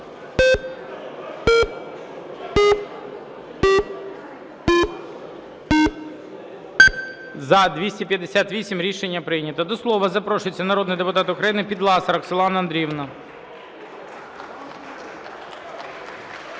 За-258 Рішення прийнято. До слова запрошується народний депутат України Підласа Роксолана Андріївна. (Оплески)